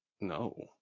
No